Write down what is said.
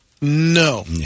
No